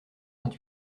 vingt